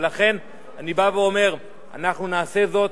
לכן, אני בא ואומר, אנחנו נעשה זאת.